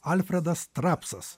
alfredas trapsas